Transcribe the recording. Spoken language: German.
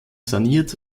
saniert